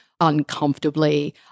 Uncomfortably